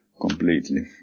completely